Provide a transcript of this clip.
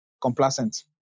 complacent